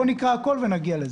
בואו נקרא הכול ונגיע לזה.